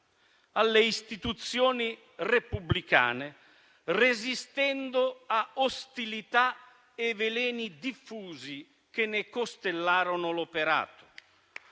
alle istituzioni repubblicane, resistendo a ostilità e veleni diffusi, che ne costellarono l'operato.